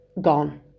Gone